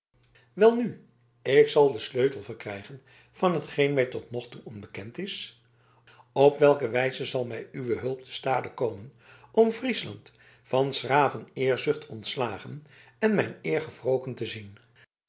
welnu ik zal den sleutel verkrijgen van hetgeen mij tot nog toe onbekend is op welke wijze zal mij uwe hulp te stade komen om friesland van s graven heerschzucht ontslagen en mijn eer gewroken te zien